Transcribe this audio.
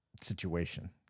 situation